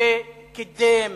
שקידם